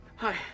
Hi